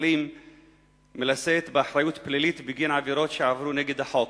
מתנחלים מלשאת באחריות פלילית בגין עבירות שעברו נגד החוק,